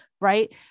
Right